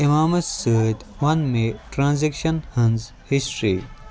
اِمامس سۭتۍ وَن مےٚ ٹرٛانٛزیکشن ہٕنٛز ہِسٹری